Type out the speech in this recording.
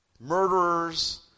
murderers